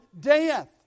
death